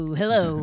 hello